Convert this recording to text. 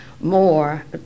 more